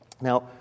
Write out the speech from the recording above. Now